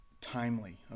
timely